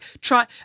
try